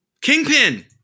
Kingpin